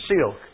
silk